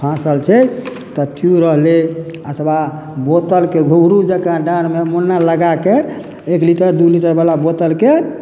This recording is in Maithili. फाँसल छै तऽ ट्यूब रहलै अथवा बोतलके घुघरू जेकाँ डाँरमे मुन्ना लगाके एक लीटर दू लीटर बला बोतलके